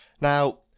Now